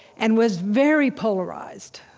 and was very polarized.